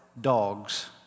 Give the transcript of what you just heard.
dogs